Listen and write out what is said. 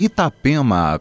Itapema